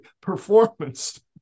performance